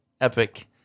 epic